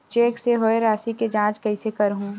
Cheque से होए राशि के जांच कइसे करहु?